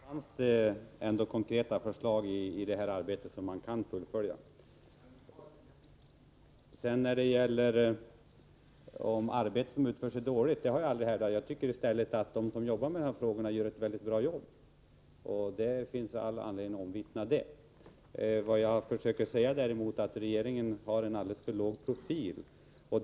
Herr talman! För det första fanns det konkreta förslag i detta arbete, som man nu kan fullfölja. Jar har aldrig hävdat att det arbete som utförs är dåligt. Jag tycker tvärtom att de som arbetar med dessa frågor gör ett mycket bra arbete. Detta finns det all anledning att omvittna. Vad jag däremot försöker säga är att regeringen har en alldeles för låg profil i de här frågorna.